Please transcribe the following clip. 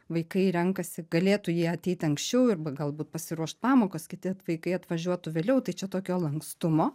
vaikai renkasi galėtų jie ateiti anksčiau arba galbūt pasiruošt pamokas kiti vaikai atvažiuotų vėliau tai čia tokio lankstumo